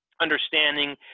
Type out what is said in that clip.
understanding